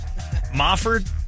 Mofford